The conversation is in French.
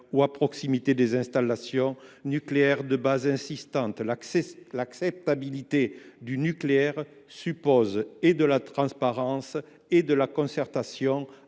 ou à proximité des installations nucléaires de base existantes. L’acceptabilité du nucléaire suppose de la transparence et de la concertation